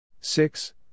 six